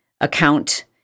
account